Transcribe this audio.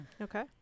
Okay